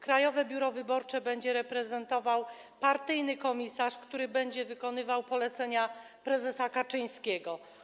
Krajowe Biuro Wyborcze będzie reprezentował partyjny komisarz, który będzie wykonywał polecenia prezesa Kaczyńskiego.